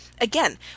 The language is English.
Again